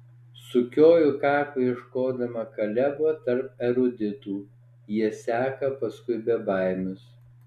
sukioju kaklą ieškodama kalebo tarp eruditų jie seka paskui bebaimius